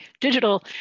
digital